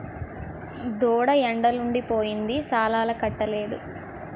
దూడ ఎండలుండి పోయింది సాలాలకట్టలేదు